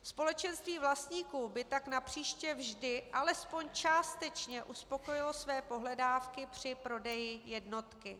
Společenství vlastníků by tak napříště vždy alespoň částečně uspokojilo své pohledávky při prodeji jednotky.